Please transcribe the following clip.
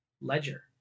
ledger